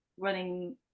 running